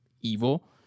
evil